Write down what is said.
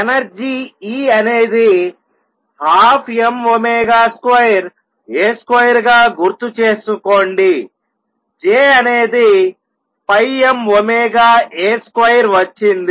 energy E అనేది 12m2A2గా గుర్తు చేసుకోండి J అనేది πmωA2 వచ్చింది